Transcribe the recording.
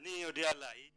אני יודע להעיד